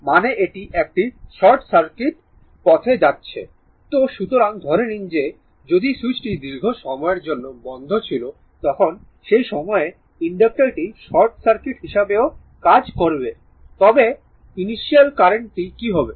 মানে এটি একটি শর্ট সার্কিট পথ পাচ্ছে তো সুতরাং ধরে নিন যে যদি সুইচটি দীর্ঘ সময়ের জন্য বন্ধ ছিল তখন সেই সময়ে ইনডাক্টর টি শর্ট সার্কিট হিসাবেও কাজ করবে তবে ইনিশিয়াল কারেন্টটি কী হবে